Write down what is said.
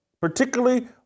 particularly